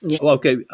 Okay